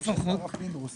ערן יעקב, מנהל רשות